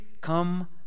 come